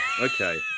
Okay